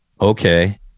okay